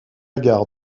gare